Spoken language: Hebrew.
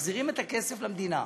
מחזירים את הכסף למדינה,